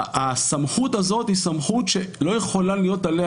הסמכות הזאת היא סמכות שלא יכולה להיות עליה